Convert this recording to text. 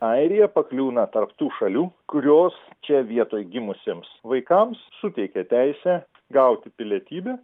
airija pakliūna tarp tų šalių kurios čia vietoj gimusiems vaikams suteikia teisę gauti pilietybę